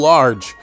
Large